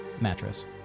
mattress